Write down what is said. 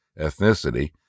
ethnicity